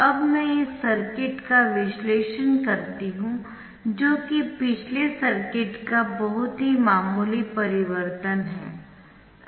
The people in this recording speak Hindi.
अब मैं इस सर्किट का विश्लेषण करती हूं जो कि पिछले सर्किट का बहुत ही मामूली परिवर्तन है